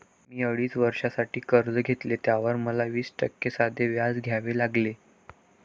मी अडीच वर्षांसाठी कर्ज घेतले, त्यावर मला वीस टक्के साधे व्याज द्यावे लागले